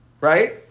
right